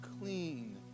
clean